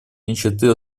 нищеты